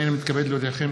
הנני מתכבד להודיעכם,